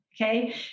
Okay